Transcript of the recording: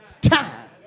time